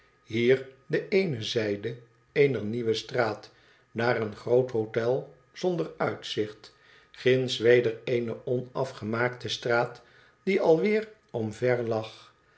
hier de eene zijde eener nieuwe straat daar een groot hotel zonder uitzicht ginds weder eene onafgemaakte straat die alweder omverlag daar